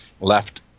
left